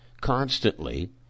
constantly